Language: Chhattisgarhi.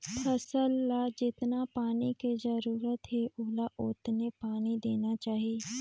फसल ल जेतना पानी के जरूरत हे ओला ओतने पानी देना चाही